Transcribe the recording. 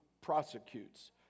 prosecutes